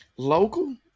Local